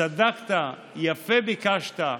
צדקת, יפה ביקשת.